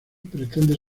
pretende